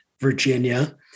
Virginia